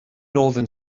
northern